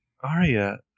Arya